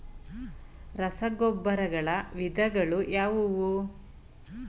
ರಸಗೊಬ್ಬರಗಳ ವಿಧಗಳು ಯಾವುವು?